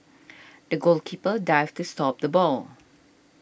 the goalkeeper dived to stop the ball